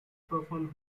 performed